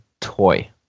Toy